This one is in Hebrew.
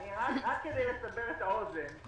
רק כדי לסבר את האוזן,